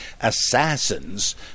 assassins